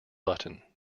button